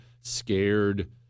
scared